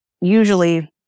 usually